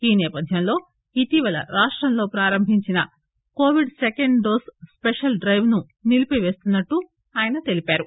ఈ నేపథ్యంలో ఇటీవల రాష్టంలో ప్రారంభించిన కొవిడ్ సెకండ్ డోస్ స్పిషల్ డ్రెవ్ను నిలిపిపేస్తున్నట్టు ఆయన తెలిపారు